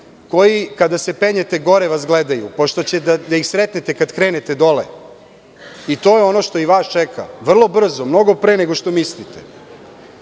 koji kada se penjete gore vas gledaju, pošto ćete ih sresti kada krenete dole. To je ono što i vas čeka, vrlo brzo, mnogo pre nego što mislite. Ono